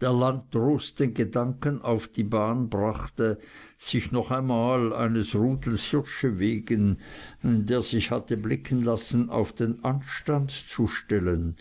der landdrost den gedanken auf die bahn brachte sich noch einmal eines rudels hirsche wegen der sich hatte blicken lassen auf den anstand zu stellen